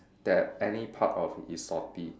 that any part of it is salty